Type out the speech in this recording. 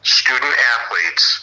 student-athletes